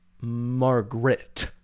Margaret